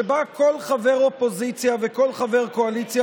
שבו כל חבר אופוזיציה וכל חבר קואליציה,